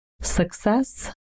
success